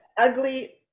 ugly